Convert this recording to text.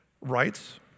Rights